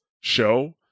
show